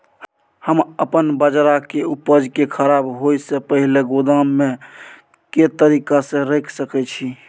हम अपन बाजरा के उपज के खराब होय से पहिले गोदाम में के तरीका से रैख सके छी?